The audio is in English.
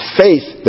faith